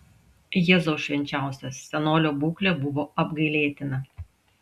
jėzau švenčiausias senolio būklė buvo apgailėtina